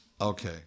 Okay